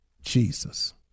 jesus